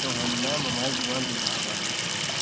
तो मैम हमारी दुक़ान इलाहाबाद में पड़ेगी मैम